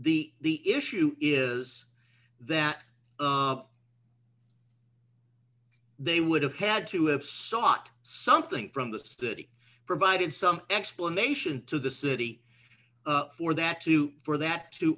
the the issue is that they would have had to have sought something from the study provided some explanation to the city for that to for that to